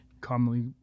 commonly